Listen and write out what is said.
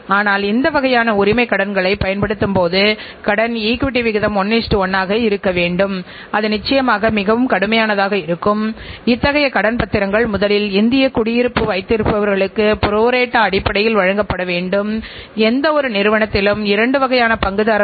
ஆகவே இயக்க முடிவுகளை மேம்படுத்துதல் மற்றும் நிதி முடிவுகளை மேம்படுத்துதல் ஆகியவற்றின் அடிப்படையில் வெவ்வேறு நுட்பங்கள் பற்றி பேசுகிறோம்